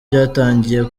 byatangiye